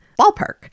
ballpark